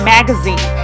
Magazine